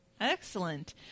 Excellent